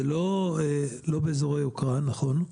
זה לא באזורי יוקרה, נכון.